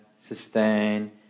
sustain